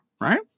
right